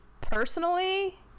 personally